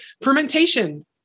fermentation